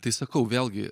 tai sakau vėlgi